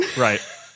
Right